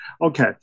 Okay